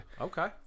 Okay